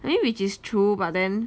and then which is true but then